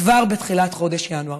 כבר בתחילת חודש ינואר.